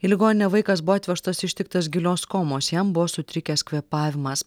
į ligoninę vaikas buvo atvežtas ištiktas gilios komos jam buvo sutrikęs kvėpavimas